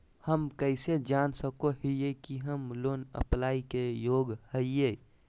हम कइसे जान सको हियै कि हम लोन अप्लाई के योग्य हियै?